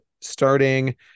starting